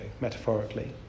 metaphorically